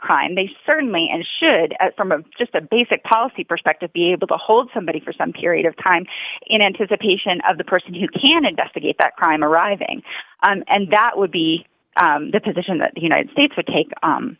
they certainly and should from a just a basic policy perspective be able to hold somebody for some period of time in anticipation of the person who can investigate that crime arriving and that would be the position that the united states would take